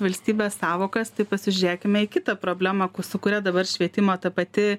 valstybės sąvokas tai pasižiūrėkime į kitą problemą su kuria dabar švietimo ta pati